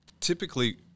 typically